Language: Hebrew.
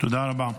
תודה רבה.